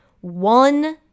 one